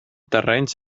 terrenys